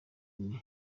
nti